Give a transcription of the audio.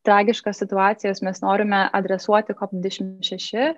tragiškos situacijos mes norime adresuoti kop dvidešimt šeši